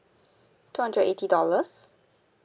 two hundred eighty dollars